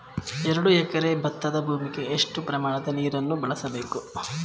ಎರಡು ಎಕರೆ ಭತ್ತದ ಭೂಮಿಗೆ ಎಷ್ಟು ಪ್ರಮಾಣದ ನೀರನ್ನು ಬಳಸಬೇಕು?